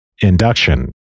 induction